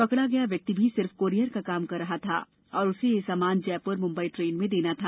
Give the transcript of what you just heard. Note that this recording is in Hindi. पकड़ा गया व्यक्ति भी सिर्फ कोरियर का काम कर रहा था और उसे यह सामान जयपुर मुंबई ट्रेन में देना था